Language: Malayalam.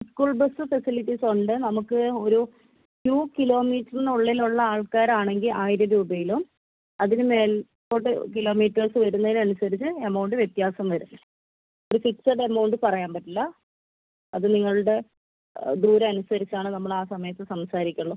സ്കൂൾ ബസ്സ് ഫെസിലിറ്റീസ് ഉണ്ട് നമുക്ക് ഒരു ടു കിലോമീറ്ററിന് ഉള്ളിലുള്ള ആൾക്കാരാണെങ്കിൽ ആയിരം രൂപയിലും അതിന് മേലോട്ട് കിലോമീറ്റേഴ്സ് വരുന്നതിനനുസരിച്ച് എമൗണ്ട് വ്യത്യാസം വരും ഒരു ഫിക്സഡ് അമൗണ്ട് പറയാൻ പറ്റില്ല അത് നിങ്ങളുടെ ദൂരം അനുസരിച്ചാണ് നമ്മൾ ആ സമയത്ത് സംസാരിക്കുകയുള്ളു